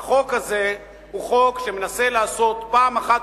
החוק הזה הוא חוק שמנסה לעשות פעם אחת